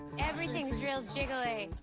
everything's real jiggly.